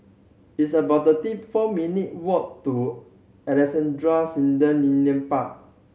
it's about thirty four minute walk to Alexandra Canal Linear Park